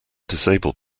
disabled